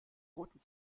roten